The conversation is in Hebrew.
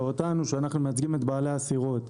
ואותנו שאנחנו מייצגים את בעלי הסירות.